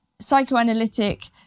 psychoanalytic